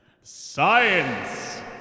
science